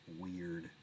weird